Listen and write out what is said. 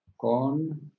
Con